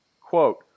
quote